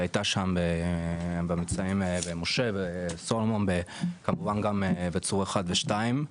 היא היתה שם במבצעי משה וסולמון וכמובן גם בצור אחד ושתיים,